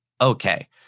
Okay